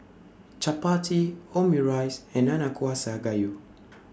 Chapati Omurice and Nanakusa Gayu